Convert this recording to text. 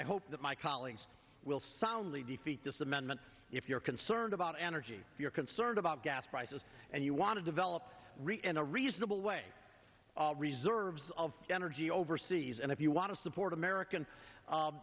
i hope that my colleagues will soundly defeat this amendment if you're concerned about energy if you're concerned about gas prices and you want to develop in a reasonable way reserves of energy overseas and if you want to support american